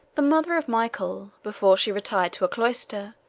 the mother of michael, before she retired to a cloister,